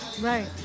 Right